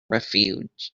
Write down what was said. refuge